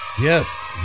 yes